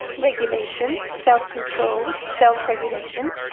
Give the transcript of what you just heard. regulation, self-control, self-regulation,